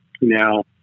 now